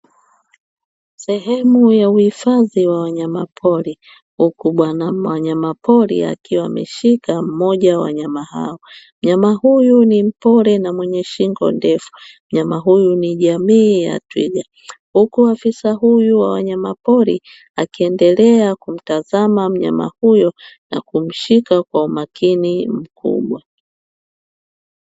Sehemu ya uhifadhi wa wanyamapori huku bwana wanyamapoi akiwa amemshika mmoja wa wanyama hao. Mnyama huyu ni mpole na mwenye shingo ndefu; mnyama huyu ni jamii ya twiga. Huku afisa huyu wa wanyamapori akiendelea kumtazama mnyama huyo na kumshika kwa umakini mkubwa.